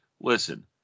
listen